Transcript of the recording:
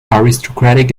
aristocratic